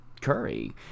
curry